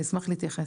אני אשמח להתייחס.